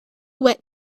wet